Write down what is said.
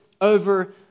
over